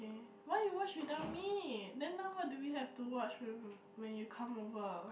eh why you watch without me then now what do we have to watch when when you come over